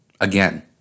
again